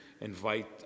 invite